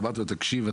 ואמרתי לו: תקשיב,